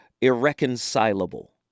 Irreconcilable